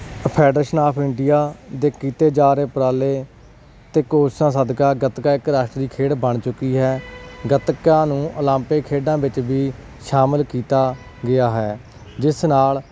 federation of India ਦੇ ਕੀਤੇ ਜਾ ਰਹੇ ਉਪਰਾਲੇ ਅਤੇ ਕੋਸ਼ਿਸ਼ਾਂ ਸਦਕਾ ਗਤਕਾ ਇਕ ਰਾਸਟਰੀ ਖੇਡ ਬਣ ਚੁੱਕੀ ਹੈ ਗਤਕਾ ਨੂੰ ਉਲੰਪਿਕ ਖੇਡਾਂ ਵਿੱਚ ਵੀ ਸਾਮਿਲ ਕੀਤਾ ਗਿਆ ਹੈ ਜਿਸ ਨਾਲ